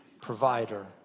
provider